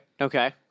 Okay